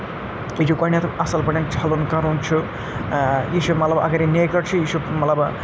یہِ چھُ گۄڈٕنٮ۪تھ اَصٕل پٲٹھۍ چھَلُن کَرُن چھُ یہِ چھُ مطلب اَگرے نیکٕڈ چھُ یہِ چھُ مطلب